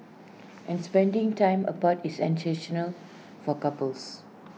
and spending time apart is for couples